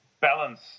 balance